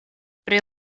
pri